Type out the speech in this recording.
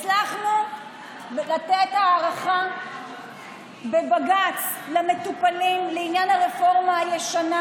הצלחנו לתת הארכה בבג"ץ למטופלים לעניין הרפורמה הישנה,